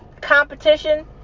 Competition